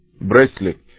bracelet